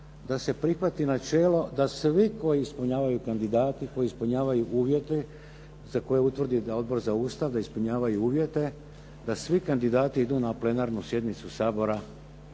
da se prihvati načelo da svi koji ispunjavaju, kandidati koji ispunjavaju uvjete za koje utvrdi da, Odbor za Ustav, da ispunjavaju uvjete, da svi kandidati idu na Plenarnu sjednicu sabora,